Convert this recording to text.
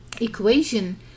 equation